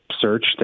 search